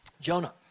Jonah